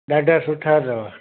ॾाढा सुठा अथव